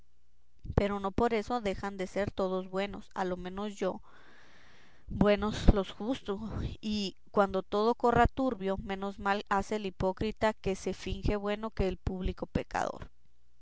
pero no por esto dejan de ser todos buenos a lo menos yo por buenos los juzgo y cuando todo corra turbio menos mal hace el hipócrita que se finge bueno que el público pecador